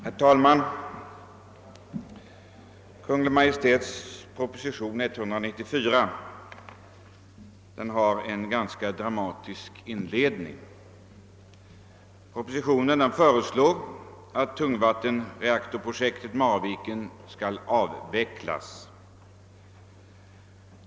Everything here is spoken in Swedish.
Herr talman! Kungl. Maj:ts proposition nr 194 har en ganska dramatisk inledning. I propositionen föreslås att tungvattenprojektet Marviken skall avvecklas.